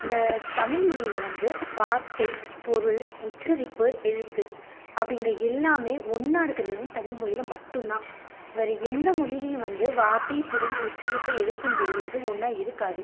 இந்த தமிழ்மொழியில் வந்து வார்த்தை பொருள் உச்சரிப்பு எழுத்து அப்படி இந்த எல்லாமே ஒன்றா இருக்கிறது வந்து தமிழ்மொழியில் மட்டுந்தான் வேறே எந்த மொழியிலியும் வந்து வார்த்தை பொருள் உச்சரிப்பு எழுத்துங்கறது வந்து ஒன்றா இருக்காது